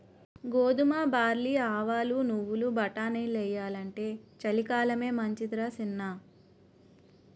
గోధుమ, బార్లీ, ఆవాలు, నువ్వులు, బటానీలెయ్యాలంటే చలికాలమే మంచిదరా సిన్నా